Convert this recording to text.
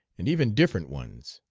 and even different ones.